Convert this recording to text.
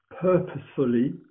purposefully